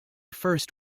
first